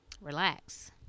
Relax